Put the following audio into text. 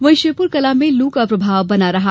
वहीं श्यौपुर कला में लू का प्रभाव बना रहा